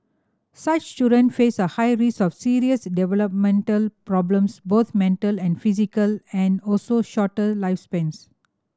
such children face a high risk of serious developmental problems both mental and physical and also shorter lifespans